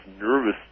nervous